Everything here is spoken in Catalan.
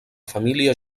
família